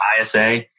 ISA